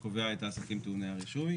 שקובע את העסקים טעוני הרישוי.